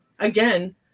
Again